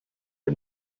are